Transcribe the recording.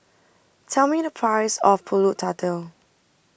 tell me the price of Pulut Tatal